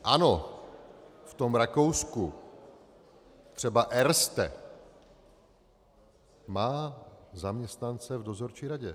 Ano, v tom Rakousku, třeba Erste, má zaměstnance v dozorčí radě.